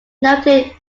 noted